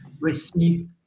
receive